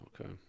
Okay